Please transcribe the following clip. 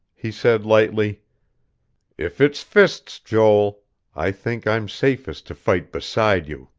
he said lightly if it's fists, joel i think i'm safest to fight beside you.